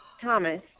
Thomas